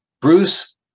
Bruce